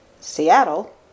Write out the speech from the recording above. seattle